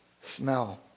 smell